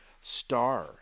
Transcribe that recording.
Star